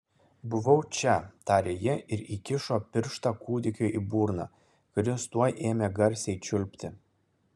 buvau čia tarė ji ir įkišo pirštą kūdikiui į burną kuris tuoj ėmė garsiai čiulpti